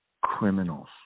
criminals